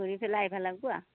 ধৰি ফেলে আহিব লাগিব আ